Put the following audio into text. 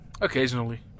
Occasionally